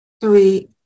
three